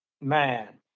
man